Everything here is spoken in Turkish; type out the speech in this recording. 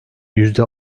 yüzde